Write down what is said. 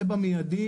זה במיידי,